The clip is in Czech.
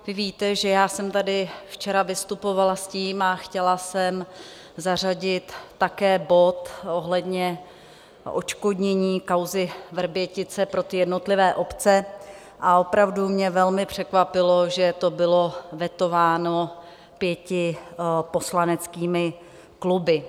Vy víte, že já jsem tady včera vystupovala s tím a chtěla jsem zařadit také bod ohledně odškodnění kauzy Vrbětice pro jednotlivé obce, a opravdu mě velmi překvapilo, že to bylo vetováno pěti poslaneckými kluby.